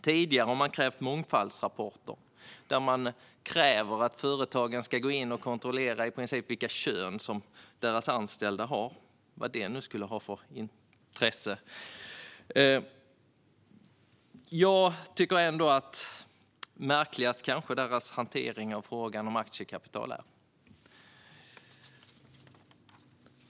Tidigare har man krävt mångfaldsrapporter där företagen i princip ska gå in och kontrollera könsfördelningen bland de anställda - vad det nu skulle vara av för intresse. Märkligast är nog Socialdemokraternas hantering av aktiekapital.